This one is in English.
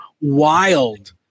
wild